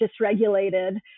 dysregulated